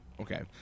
Okay